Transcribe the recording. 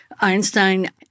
Einstein